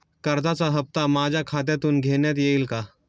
कर्जाचा हप्ता माझ्या खात्यातून घेण्यात येईल का?